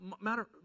matter